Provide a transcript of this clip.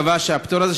קבע שהפטור הזה,